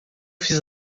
fiz